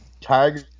Tiger